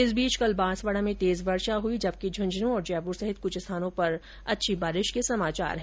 इस बीच कल बांसवाड़ा में तेज वर्षा हुई जबकि झुन्झुन् और जयपुर सहित कुछ स्थानों पर भी अच्छी बारिश हुई